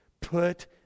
Put